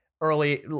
early